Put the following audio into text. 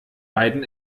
beiden